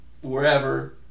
wherever